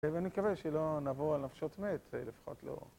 ואני מקווה שלא נעבור על נפשות מת, לפחות לא